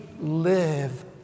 live